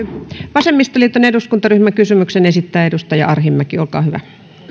vasemmistoliiton eduskuntaryhmän kysymyksen esittää edustaja arhinmäki olkaa hyvä